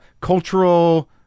cultural